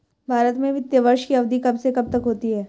भारत में वित्तीय वर्ष की अवधि कब से कब तक होती है?